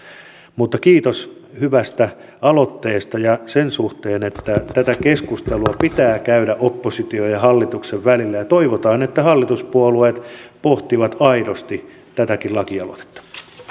mutta kiitos hyvästä aloitteesta ja sen suhteen että tätä keskustelua pitää käydä opposition ja hallituksen välillä toivotaan että hallituspuolueet pohtivat aidosti tätäkin lakialoitetta